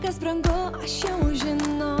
kas brangu aš jau žinau